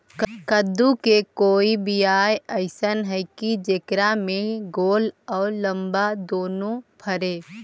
कददु के कोइ बियाह अइसन है कि जेकरा में गोल औ लमबा दोनो फरे?